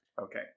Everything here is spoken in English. Okay